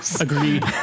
Agreed